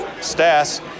Stas